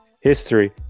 history